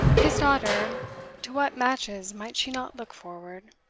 his daughter to what matches might she not look forward?